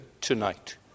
tonight